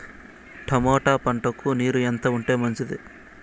Tomato పంటకు నీరు ఎంత ఉంటే మంచిది?